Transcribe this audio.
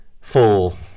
full